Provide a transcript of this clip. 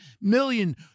million